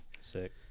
Sick